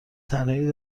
تنهایی